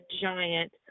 giant